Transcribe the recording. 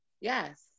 Yes